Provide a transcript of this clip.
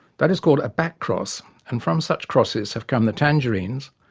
that is called a backcross and from such crosses have come the tangerines,